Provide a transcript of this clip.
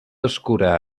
oscura